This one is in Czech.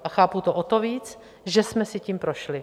A chápu to o to víc, že jsme si tím prošli.